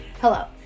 Hello